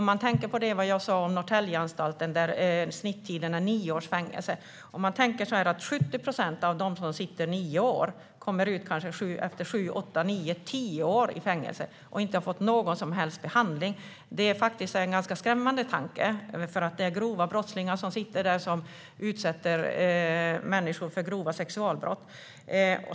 Om man tänker på vad jag sa om Norrtäljeanstalten, där snittiden är nio års fängelse, och att 70 procent av dem som sitter i nio år och kommer ut efter kanske sju, åtta, nio eller tio år i fängelse utan att ha fått någon som helst behandling är det en ganska skrämmande tanke. Det är grova brottslingar som sitter där, som utsätter människor för grova sexualbrott.